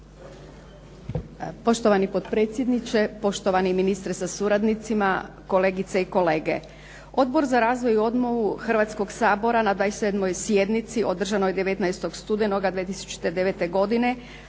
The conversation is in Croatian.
Poštovani potpredsjedniče, poštovani ministre sa suradnicima, kolegice i kolege. Odbor za razvoj i obnovu Hrvatskog sabora na 27. sjednici održanoj 19. studenoga 2009. godine,